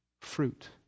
fruit